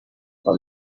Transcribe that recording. from